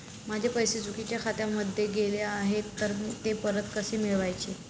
माझे पैसे चुकीच्या खात्यामध्ये गेले आहेत तर ते परत कसे मिळवायचे?